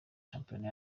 shampiyona